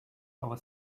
our